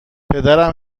پدرم